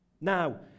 Now